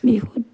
বিহুত